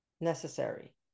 necessary